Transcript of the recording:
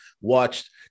watched